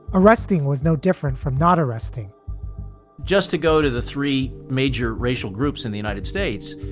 arresting was no different from not arresting just to go to the three major racial groups in the united states.